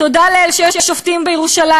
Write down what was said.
תודה לאל שיש שופטים בירושלים,